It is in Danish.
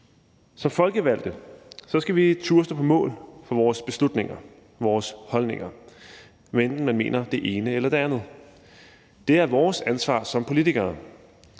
Som folkevalgte skal vi turde stå på mål for vores beslutninger, vores holdninger, hvad enten man mener det ene eller det andet. Det er vores ansvar som politikere.